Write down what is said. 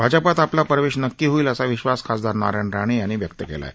भाजपात आपला प्रवेश नक्की होईल असा विश्वास खासदार नारायण राणे यांनी व्यक्त केला आहे